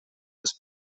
els